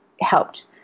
helped